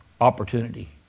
opportunity